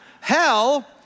hell